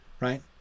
right